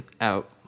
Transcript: out